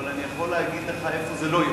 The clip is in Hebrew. אני יכול להגיד לך איפה זה לא יופיע,